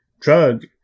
drug